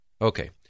Okay